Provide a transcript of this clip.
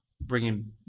bringing